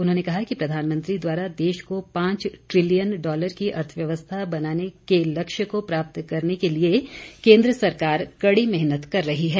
उन्होंने कहा कि प्रधानमंत्री द्वारा देश को पांच ट्रिलियन डॉलर की अर्थव्यवस्था बनाने को लक्ष्य को प्राप्त करने के लिए केन्द्र सरकार कड़ी मेहनत कर रही है